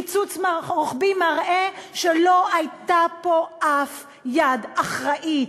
קיצוץ רוחבי מראה שלא הייתה פה אף יד אחראית,